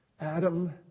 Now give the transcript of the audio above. Adam